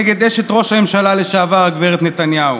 נגד אשת ראש הממשלה לשעבר הגב' נתניהו